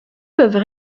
peuvent